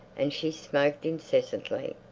and she smoked incessantly,